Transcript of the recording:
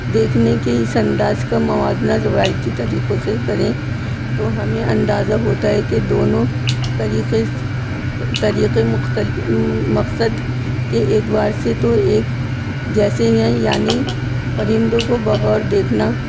دیکھنے کے اس انداز کا موازنہ روایتی طریقوں سے کریں تو ہمیں اندازہ ہوتا ہے کہ دونوں طریقے س طریقے مختل مقصد کے اعتبار سے تو ایک جیسے ہیں یعنی پرندوں کو بغور دیکھنا